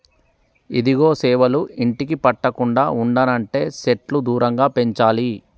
ఇదిగో సేవలు ఇంటికి పట్టకుండా ఉండనంటే సెట్లు దూరంగా పెంచాలి